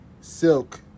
Silk